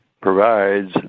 provides